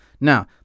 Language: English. Now